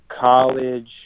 college